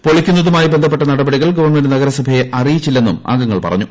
പൊളിക്കുന്നതുമായി ബന്ധപ്പെട്ട നടപടികൾ ഗവൺമെന്റ് നഗരസഭയെ അറിയിച്ചില്ലെന്നും അംഗങ്ങൾ പറഞ്ഞു